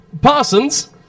Parsons